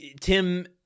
Tim